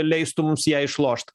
leistų mums ją išlošt